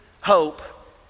hope